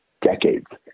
decades